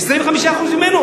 25% ממנו,